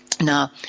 Now